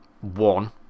One